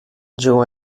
joe